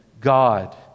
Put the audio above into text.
God